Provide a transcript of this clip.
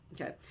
okay